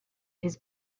his